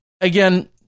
again